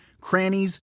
crannies